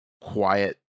quiet